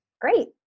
Great